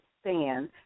stand